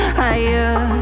higher